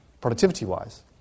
productivity-wise